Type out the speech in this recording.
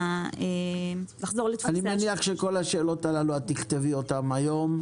אני מניח שאת כל השאלות האלה את תכתבי היום.